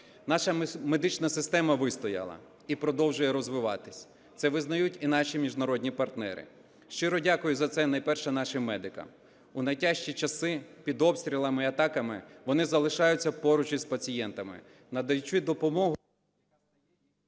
Наша медична система вистояла і продовжує розвиватись, це визнають і наші міжнародні партнери. Щиро дякую за це найперше нашим медикам. У найтяжчі часи під обстрілами й атаками вони залишаються поруч із пацієнтами, надаючи допомогу...